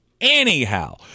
anyhow